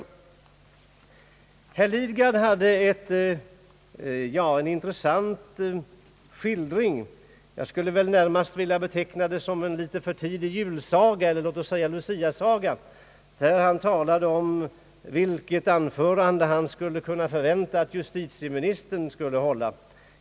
Herr Lidgard hade en intressant skildring som jag närmast skulle vilja beteckna som en något för tidig julsaga eller som en luciasaga, där han talade om vilket anförande han skulle kunna förvänta att justitieministern skulle hålla.